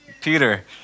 Peter